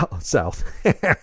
South